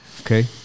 okay